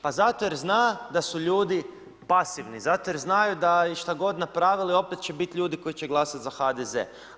Pa zato jer zna da su ljudi pasivni, zato jer znaju da i šta god napravili, opet će biti ljudi koji će glasati za HDZ.